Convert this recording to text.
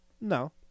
No